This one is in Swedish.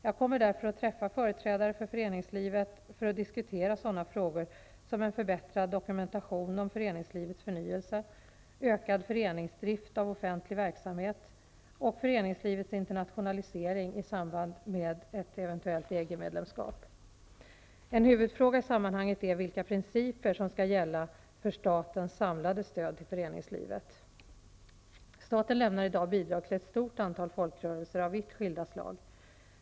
Jag kommer därför att träffa företrädare för föreningslivet för att diskutera sådana frågor som en förbättrad dokumentation om föreningslivets förnyelse, ökad föreningsdrift av offentlig verksamhet samt föreningslivets internationalisering i samband med ett eventuellt En huvudfråga i sammanhanget är vilka principer som skall gälla för statens samlade stöd till föreningslivet. Staten lämnar i dag bidrag till ett stort antal folkrörelser av vitt skilda slag.